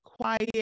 Quiet